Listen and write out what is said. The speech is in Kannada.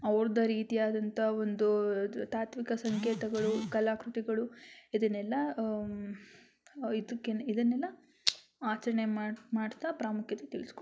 ಅವ್ರ್ದೆ ರೀತಿಯಾದಂಥ ಒಂದು ತಾತ್ತ್ವಿಕ ಸಂಕೇತಗಳು ಕಲಾಕೃತಿಗಳು ಇದನ್ನೆಲ್ಲ ಇದಕ್ಕೆನೆ ಇದನ್ನೆಲ್ಲ ಆಚರಣೆ ಮಾಡ್ತಾ ಪ್ರಾಮುಖ್ಯತೆ ತಿಳಿಸ್ಕೊಡ್ತಾರೆ